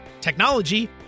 technology